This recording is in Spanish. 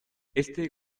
éste